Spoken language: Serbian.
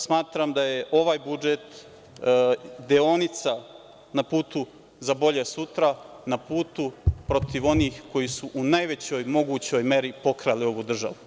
Smatram da je ovaj budžet deonica na putu za bolje sutra, na putu protiv onih koji su u najvećoj mogućoj meri pokrali ovu državu.